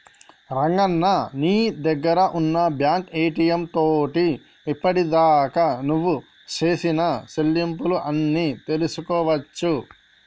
రంగన్న నీ దగ్గర ఉన్న బ్యాంకు ఏటీఎం తోటి ఇప్పటిదాకా నువ్వు సేసిన సెల్లింపులు అన్ని తెలుసుకోవచ్చు